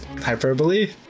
hyperbole